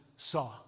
saw